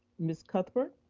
ms. cuthbert.